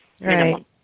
Right